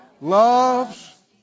loves